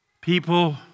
people